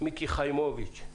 מיקי חיימוביץ',